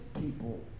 people